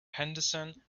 henderson